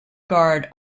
guard